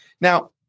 Now